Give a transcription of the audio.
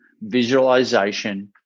visualization